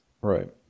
Right